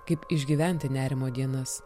kaip išgyventi nerimo dienas